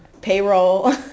payroll